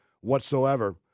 whatsoever